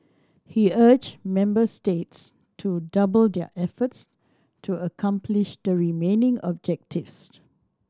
he urged member states to double their efforts to accomplish the remaining objectives